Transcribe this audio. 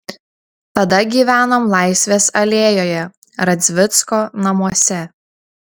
tada gyvenom laisvės alėjoje radzvicko namuose